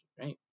right